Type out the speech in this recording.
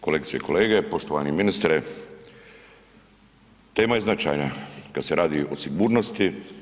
Kolegice i kolege, poštovani ministre, tema je značajna kad se radi o sigurnosti.